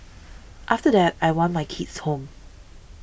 after that I want my kids home